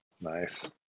Nice